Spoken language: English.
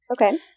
Okay